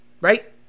right